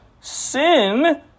sin